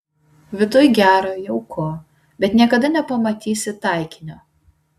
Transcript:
viduj gera jauku bet niekada nepamatysi taikinio